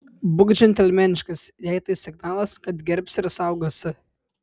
būk džentelmeniškas jai tai signalas kad gerbsi ir saugosi